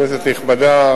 כנסת נכבדה,